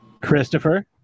Christopher